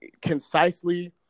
concisely